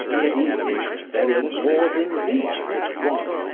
yet even in that very northern region it was,